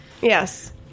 Yes